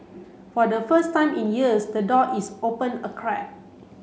for the first time in years the door is open a crack